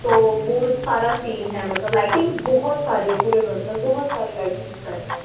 तो वो सारा सीन है मतलब लाइटिंग बहुत सारी है पूरे घर में बहुत सारे लाइटिंग करनी है